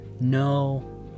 no